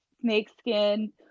snakeskin